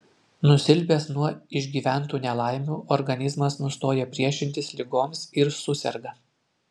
nusilpęs nuo išgyventų nelaimių organizmas nustoja priešintis ligoms ir suserga